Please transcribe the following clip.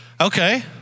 Okay